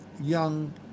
young